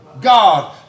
God